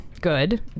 Good